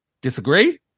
Disagree